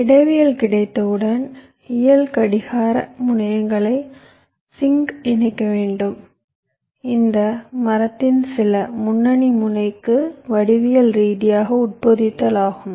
இடவியல் கிடைத்தவுடன் இயல் கடிகார முனையங்களை சிங்க் இணைக்க வேண்டும் இந்த மரத்தின் சில முன்னணி முனைக்கு வடிவியல் ரீதியாக உட்பொதித்தல் ஆகும்